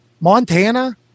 Montana